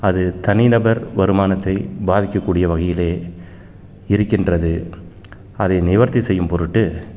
அது தனிநபர் வருமானத்தைப் பாதிக்கக்கூடிய வகையிலே இருக்கின்றது அதை நிவர்த்தி செய்யும் பொருட்டு